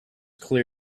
quite